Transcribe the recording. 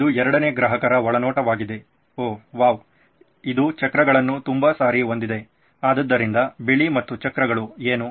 ಇದು ಎರಡನೇ ಗ್ರಾಹಕರ ಒಳನೋಟವಾಗಿದೆ ಓಹ್ ವಾವ್ ಇದು ಚಕ್ರಗಳನ್ನು ತುಂಬಾ ಸರಿ ಹೊಂದಿದೆ ಆದ್ದರಿಂದ ಬಿಳಿ ಮತ್ತು ಚಕ್ರಗಳು ಏನು